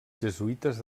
jesuïtes